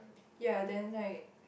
ya then like